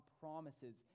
promises